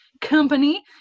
company